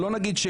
נניח,